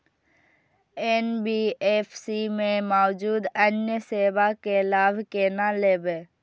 NBFC में मौजूद अन्य सेवा के लाभ केना लैब?